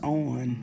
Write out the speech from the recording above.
on